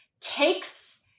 takes